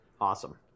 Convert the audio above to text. Awesome